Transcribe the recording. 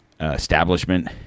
establishment